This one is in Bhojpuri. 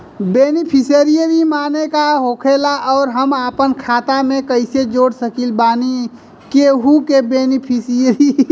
बेनीफिसियरी माने का होखेला और हम आपन खाता मे कैसे जोड़ सकत बानी केहु के बेनीफिसियरी?